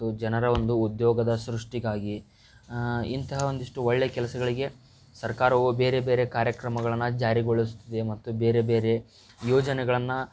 ಮತ್ತು ಜನರ ಒಂದು ಉದ್ಯೋಗದ ಸೃಷ್ಟಿಗಾಗಿ ಇಂತಹ ಒಂದಿಷ್ಟು ಒಳ್ಳೆಯ ಕೆಲಸಗಳಿಗೆ ಸರ್ಕಾರವು ಬೇರೆ ಬೇರೆ ಕಾರ್ಯಕ್ರಮಗಳನ್ನು ಜಾರಿಗೊಳಿಸ್ತಿದೆ ಮತ್ತು ಬೇರೆ ಬೇರೆ ಯೋಜನೆಗಳನ್ನು